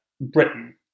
Britain